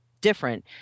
different